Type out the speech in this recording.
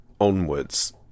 onwards